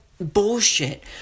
bullshit